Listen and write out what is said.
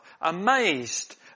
amazed